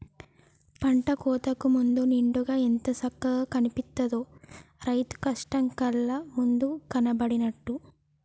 పంట కోతకు ముందు నిండుగా ఎంత సక్కగా కనిపిత్తదో, రైతు కష్టం కళ్ళ ముందు కనబడినట్టు